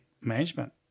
management